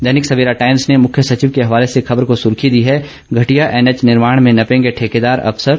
दैनिक Savera times ने मुख्य सचिव के हवाले से खबर को सुर्खी दी है घटिया एनएच निर्माण में नपेंगे ठेकेदार अफसर